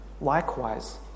likewise